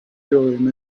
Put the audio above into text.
urim